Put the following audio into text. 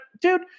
dude